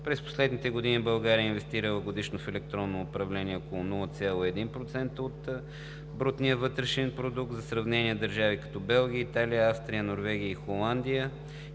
През последните години България е инвестирала годишно в електронното управление около 0,1% от БВП, а за сравнение държави, като Белгия, Италия, Австрия, Норвегия и Холандия